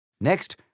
Next